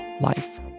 life